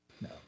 No